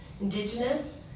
Indigenous